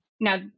Now